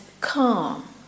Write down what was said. calm